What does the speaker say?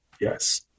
yes